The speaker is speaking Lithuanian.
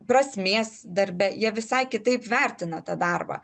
prasmės darbe jie visai kitaip vertina tą darbą